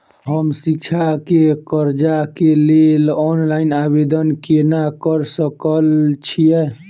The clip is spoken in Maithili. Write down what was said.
हम शिक्षा केँ कर्जा केँ लेल ऑनलाइन आवेदन केना करऽ सकल छीयै?